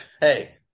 hey